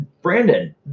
Brandon